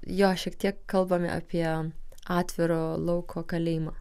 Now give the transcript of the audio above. jo šiek tiek kalbame apie atviro lauko kalėjimą